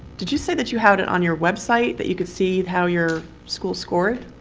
did you say that you had it on your website, that you could see how your school scored?